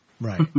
Right